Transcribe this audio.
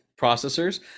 processors